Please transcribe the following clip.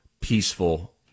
peaceful